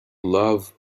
love